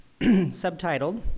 subtitled